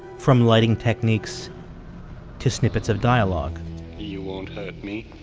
from lighting techniques to snippets of dialogue you won't hurt me